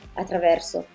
attraverso